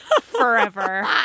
Forever